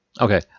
Okay